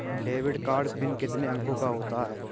Debit card pin कितने अंकों का होता है?